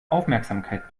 aufmerksamkeit